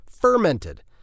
fermented